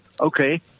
okay